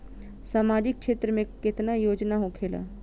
सामाजिक क्षेत्र में केतना योजना होखेला?